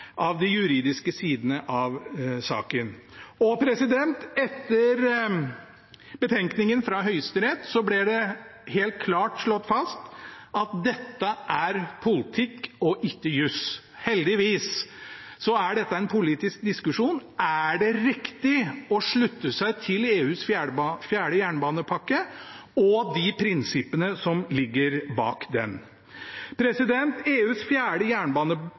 de juridiske sidene av saken. Og etter betenkningen fra Høyesterett ble det helt klart slått fast at dette er politikk og ikke juss. Heldigvis er dette en politisk diskusjon: Er det riktig å slutte seg til EUs fjerde jernbanepakke og de prinsippene som ligger bak den? EUs fjerde